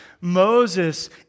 Moses